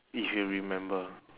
if you remember